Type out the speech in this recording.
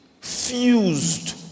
fused